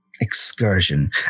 excursion